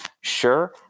sure